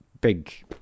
Big